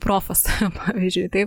profas pavyzdžiui taip